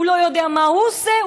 הוא לא יודע מה הוא עושה,